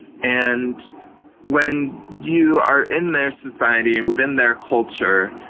and when you are in their society, and within their culture,